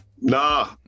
Nah